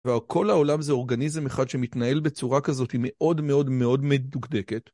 והכל בעולם זה אורגניזם אחד שמתנהל בצורה כזאתי, מאוד מאוד מאוד מדוקדקת.